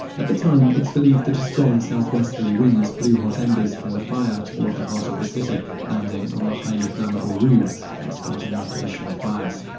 at the time, it's believed that a strong south-westerly wind blew hot embers from the fire toward the heart of the city, landing on the highly flammable roofs and starting up additional fires.